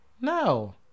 No